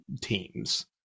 teams